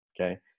okay